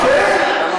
חכה.